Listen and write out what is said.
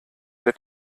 der